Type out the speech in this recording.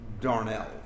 darnell